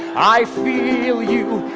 i feel you,